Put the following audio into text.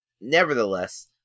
nevertheless